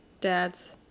Dad's